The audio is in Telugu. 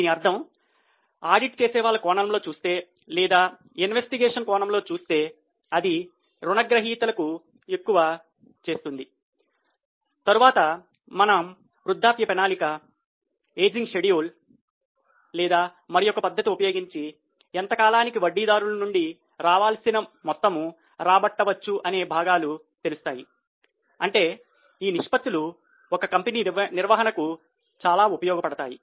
దీని అర్థం ఆడిట్ చేసే వాళ్ళ కోణంలో చూస్తే లేదా దర్యాప్తు లేదా మరొక పద్ధతి ఉపయోగించి ఎంత కాలానికి వడ్డీ దారుల నుండి రావాల్సిన మొత్తము రాబట్టవచ్చు అనే భాగాలు తెలుస్తాయి అంటే ఈ నిష్పత్తులు ఒక కంపెనీ నిర్వహణకు చాలా ఉపయోగపడతాయి